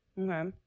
Okay